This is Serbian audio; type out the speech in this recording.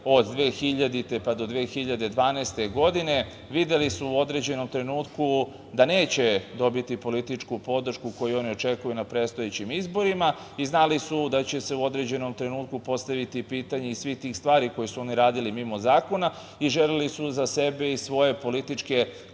od 2000. do 2012. godine, videli su u određenom trenutku da neće dobiti političku podršku koju oni očekuju na predstojećim izborima i znali su da će se u određenom trenutku postaviti pitanje i svih tih stvari koje su oni radili mimo zakona i želeli su za sebe i svoje političke